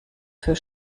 für